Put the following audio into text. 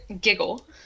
giggle